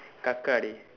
கக்கா:kakkaa dey